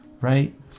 right